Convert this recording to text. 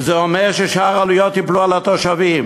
וזה אומר ששאר העלויות ייפלו על התושבים.